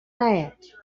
that